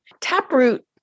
Taproot